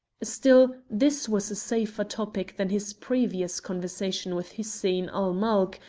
still, this was a safer topic than his previous conversation with hussein-ul-mulk,